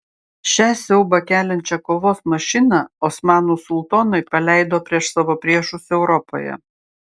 šią siaubą keliančią kovos mašiną osmanų sultonai paleido prieš savo priešus europoje